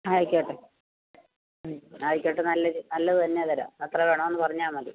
ആയിക്കോട്ടെ ആയിക്കോട്ടെ നല്ലത് നല്ലത് തന്നെ തരാം എത്ര വേണമെന്ന് പറഞ്ഞാൽ മതി